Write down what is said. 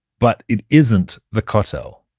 but it isn't the kotel.